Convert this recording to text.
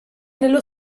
nello